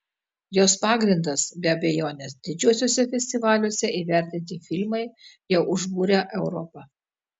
jos pagrindas be abejonės didžiuosiuose festivaliuose įvertinti filmai jau užbūrę europą